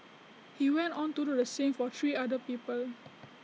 he went on to do the same for three other people